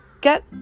get